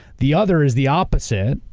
the other is the opposite,